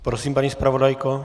Prosím, paní zpravodajko.